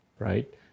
Right